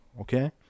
okay